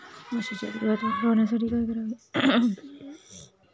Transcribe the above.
म्हशीच्या दुधात वाढ होण्यासाठी काय करावे?